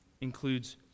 includes